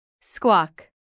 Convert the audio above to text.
Squawk